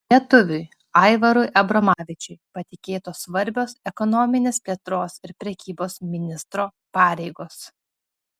lietuviui aivarui abromavičiui patikėtos svarbios ekonominės plėtros ir prekybos ministro pareigos